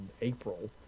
April